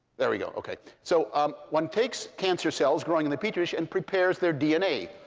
there we go, okay. so um one takes cancer cells growing in the petri dish and prepares their dna.